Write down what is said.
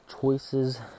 choices